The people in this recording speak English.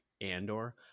Andor